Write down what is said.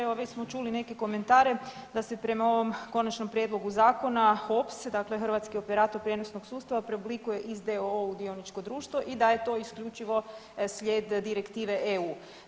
Evo već smo čuli neke komentare da se prema ovom Konačnom prijedlogu Zakona HOPS dakle Hrvatski operator prijenosnog sustava preoblikuje iz d.o.o. u dioničko društvo i da je to isključivo slijed direktive EU.